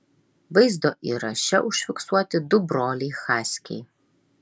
vaizdo įraše užfiksuoti du broliai haskiai